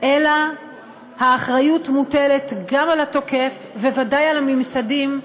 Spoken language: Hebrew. אלא האחריות מוטלת גם על התוקף וודאי על הממסדים,